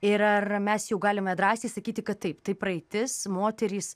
ir ar mes jau galime drąsiai sakyti kad taip tai praeitis moterys